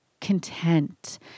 content